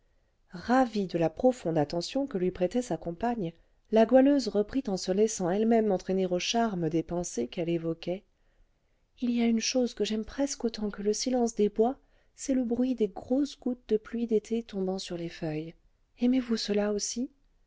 ravie de la profonde attention que lui prêtait sa compagne la goualeuse reprit en se laissant elle-même entraîner au charme des pensées qu'elle évoquait il y a une chose que j'aime presque autant que le silence des bois c'est le bruit des grosses gouttes de pluie d'été tombant sur les feuilles aimez-vous cela aussi